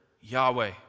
Yahweh